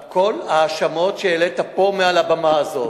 את כל ההאשמות שהעלית פה מעל הבמה הזאת.